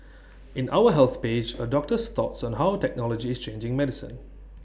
in our health page A doctor's thoughts on how technology is changing medicine